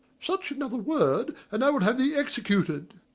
such another word, and i will have thee executed.